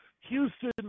Houston